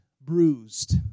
bruised